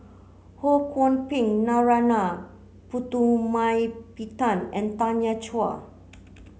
Ho Kwon Ping Narana Putumaippittan and Tanya Chua